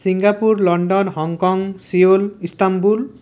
Singapore London Hong Kong Seoul Istanbul